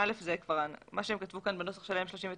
מה שהם כתבו בסעיף 39,